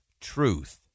truth